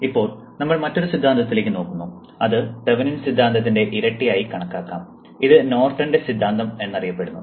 ഇപ്പോൾ നമ്മൾ മറ്റൊരു സിദ്ധാന്തത്തിലേക്ക് നോക്കുന്നു അത് തെവെനിൻThevenin's സിദ്ധാന്തത്തിന്റെ ഇരട്ടയായി കണക്കാക്കാം ഇത് നോർട്ടന്റെNorton's സിദ്ധാന്തം എന്നറിയപ്പെടുന്നു